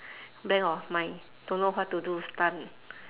blank of mind don't know what to do stun